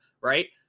right